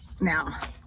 now